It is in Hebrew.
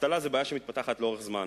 אבטלה היא בעיה שמתפתחת לאורך זמן,